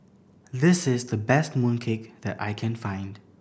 this is the best mooncake that I can find